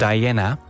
Diana